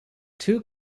two